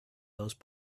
those